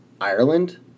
Ireland